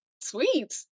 sweet